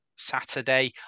Saturday